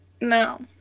no